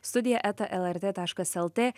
studija eta lrt taškas lt